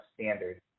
standard